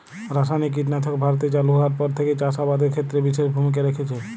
রাসায়নিক কীটনাশক ভারতে চালু হওয়ার পর থেকেই চাষ আবাদের ক্ষেত্রে বিশেষ ভূমিকা রেখেছে